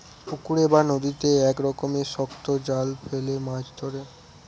পুকুরে বা নদীতে এক রকমের শক্ত জাল ফেলে মাছ ধরে